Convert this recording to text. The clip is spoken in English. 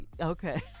Okay